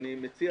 אני מציע